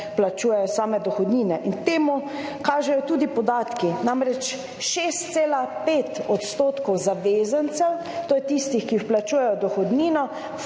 plačujejo same dohodnine in temu kažejo tudi podatki, namreč 6,5 % zavezancev, to je tistih, ki vplačujejo dohodnino,